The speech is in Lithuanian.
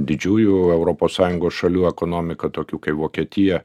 didžiųjų europos sąjungos šalių ekonomika tokių kaip vokietija